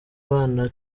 abana